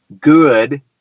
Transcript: good